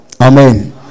Amen